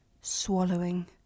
swallowing